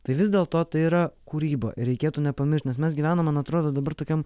tai vis dėlto tai yra kūryba ir reikėtų nepamiršt nes mes gyvenam man atrodo dabar tokiam